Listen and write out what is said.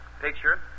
picture